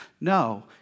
No